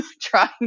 trying